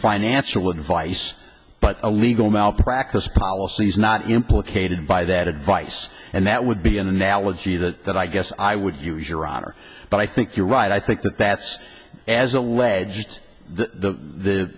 financial advice but a legal malpractise policies not implicated by that advice and that would be an analogy that i guess i would use your honor but i think you're right i think that that's as alleged the the